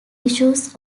issues